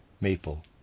maple